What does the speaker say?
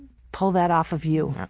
pull that off of you.